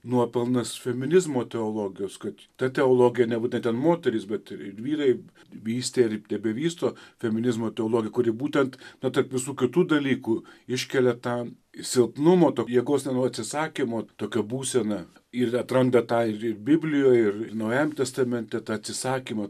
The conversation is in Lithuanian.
nuopelnas feminizmo teologijos kad ta teologija nebūtent ten moterys bet ir vyrai vystė ir tebevysto feminizmo teologiją kuri būtent na tarp visų kitų dalykų iškelia tą silpnumo jėgos ne nuo atsisakymo tokią būseną ir atranda tą ir ir biblijoj ir ir naujajame testamente tą atsisakymą